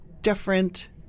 different